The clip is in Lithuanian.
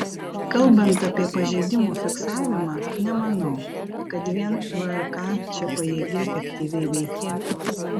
kalbant apie pažeidimų fiksavimą nemanau kad vien vrk čia pajėgi efektyviai veikti